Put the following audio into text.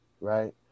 right